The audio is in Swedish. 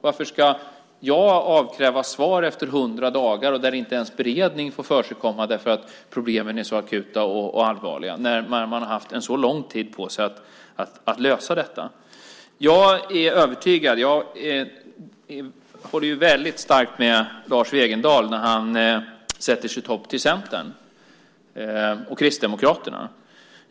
Varför ska jag avkrävas svar efter 100 dagar då inte ens en beredning får förekomma därför att problemen är så akuta och allvarliga, när man har haft en så lång tid på sig att lösa dessa? Jag håller väldigt starkt med Lars Wegendal när han sätter sitt hopp till Centern och Kristdemokraterna.